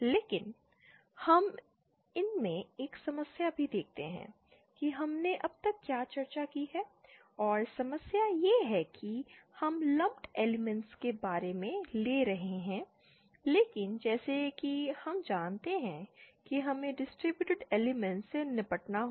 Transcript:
लेकिन हम इसमें एक समस्या भी देखते हैं कि हमने अब तक क्या चर्चा की है और समस्या यह है कि हम लंपड एलिमेंट्स के बारे में ले रहे हैं लेकिन जैसा कि हम जानते हैं कि हमें डिस्टर्बेटेड एलिमेंट्स से निपटना होगा